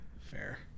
fair